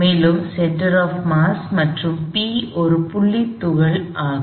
மேலும் centre of mass மற்றும் P ஒரு புள்ளி துகள் ஆகும்